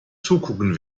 zugucken